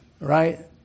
right